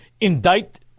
indict